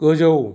गोजौ